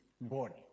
born